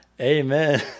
Amen